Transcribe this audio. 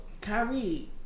Kyrie